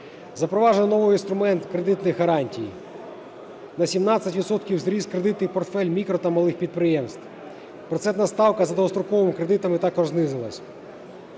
Запроваджено новий інструмент кредитних гарантій. На 17 відсотків зріз кредитний портфель мікро- та малих підприємств. Процентна ставка за довгостроковими кредитами також знизилась.